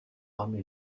rames